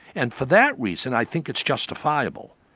and for that reason, i think it's justifiable,